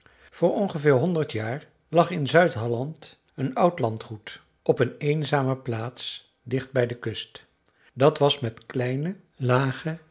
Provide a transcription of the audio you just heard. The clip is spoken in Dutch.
voor ongeveer honderd jaar lag in zuid halland een oud landgoed op een eenzame plaats dicht bij de kust dat was met kleine lage